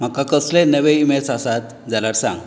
म्हाका कसलेय नवे इमेल्स आसात जाल्यार सांग